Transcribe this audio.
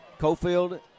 Cofield